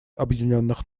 объединенных